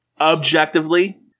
objectively